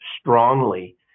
strongly